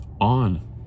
on